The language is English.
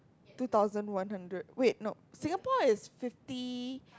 two thousand one hundred wait no Singapore is fifty